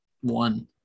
One